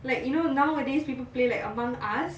like people play like among us